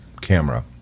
camera